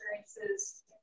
experiences